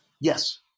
Yes